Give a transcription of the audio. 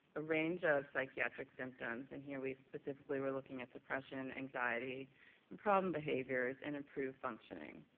a range of psychiatric symptoms and here we specifically were looking at depression, anxiety, and problem behaviors and improve functioning.